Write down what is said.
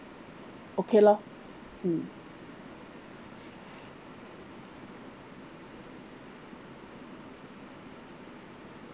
okay lor hmm